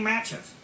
Matches